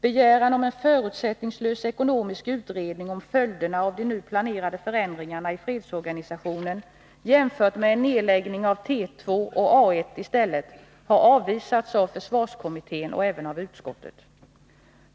Begäran om en förutsättningslös ekonomisk utredning beträffande följderna av de nu planerade förändringarna i fredsorganisationen, jämfört med en nedläggning av T 2 och A 1, har avvisats av försvarskommittén och även av utskottet.